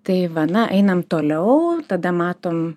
tai va na einam toliau tada matom